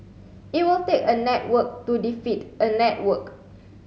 it will take a network to defeat a network